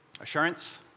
Assurance